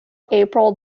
april